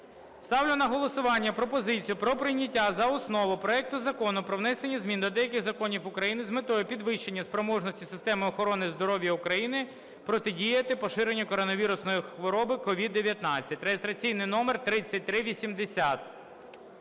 Ставлю на голосування пропозицію про прийняття за основу проекту Закону про внесення змін до деяких законів України з метою підвищення спроможності системи охорони здоров'я України протидіяти поширенню коронавірусної хвороби COVID-19 (реєстраційний номер 3380).